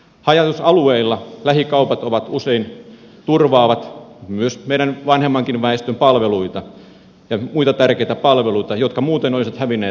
haja asutusalueilla lähikaupat usein turvaavat myös meidän vanhemmankin väestön palveluita ja muita tärkeitä palveluita jotka muuten olisivat hävinneet alueelta